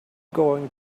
going